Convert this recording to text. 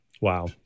wow